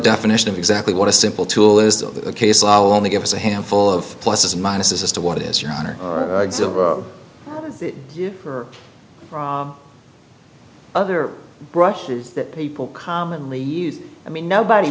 definition of exactly what a simple tool is the case law will only give us a handful of pluses and minuses as to what it is your honor other brushes that people commonly use i mean nobody